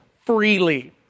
freely